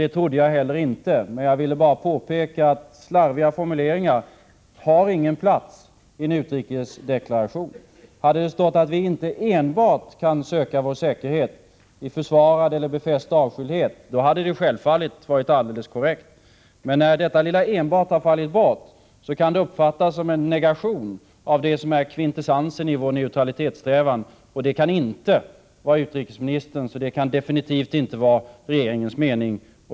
Det trodde jag inte heller, men jag ville framhålla att slarviga formuleringar inte har någon plats i en utrikesdeklaration. Om det hade stått att vi inte enbart kan söka vår säkerhet i befäst avskildhet hade det självfallet varit alldeles korrekt. Men när detta lilla ”enbart” har fallit bort, kan det uppfattas som en negation av det som är kvintessensen i vår neutralitetssträvan. Det kan inte vara utrikesministerns, och definitivt inte regeringens, mening.